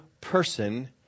person